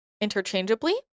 interchangeably